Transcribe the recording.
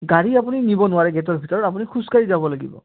গাড়ী আপুনি নিব নোৱাৰে গেটৰ ভিতৰত আপুনি খোজ কাঢ়ি যাব লাগিব